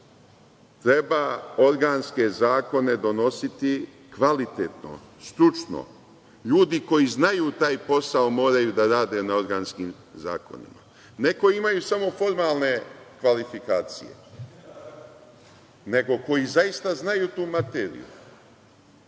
Treba organske zakone donositi kvalitetno, stručno. LJudi koji znaju taj posao moraju da rade na organskim zakonima. Ne koji imaju samo formalne kvalifikacije, nego koji zaista znaju tu materiju. Zato